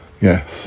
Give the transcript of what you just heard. yes